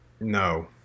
No